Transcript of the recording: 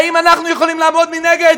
האם אנחנו יכולים לעמוד מנגד?